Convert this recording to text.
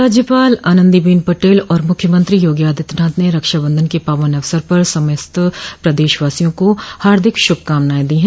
राज्यपाल आनंदीबेन पटेल और मुख्यमंत्री योगी आदित्यनाथ ने रक्षाबंधन के पावन अवसर पर समस्त प्रदेशवासियों को हार्दिक श्भकामनाएं दी हैं